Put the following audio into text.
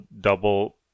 double